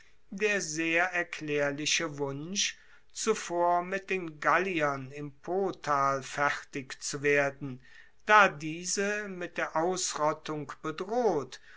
der sehr erklaerliche wunsch zuvor mit den galliern im potal fertig zu werden da diese mit der ausrottung bedroht